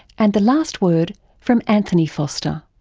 and the last word from anthony foster.